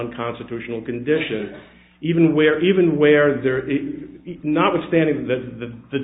unconstitutional condition even where even where there is not a standing that the